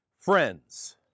Friends